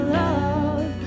love